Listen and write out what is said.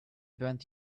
burned